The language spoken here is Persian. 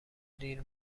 دیر